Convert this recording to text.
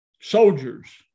soldiers